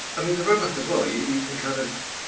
i mean, the road map as well. you you can kind of,